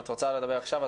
אם את רוצה לדבר עכשיו,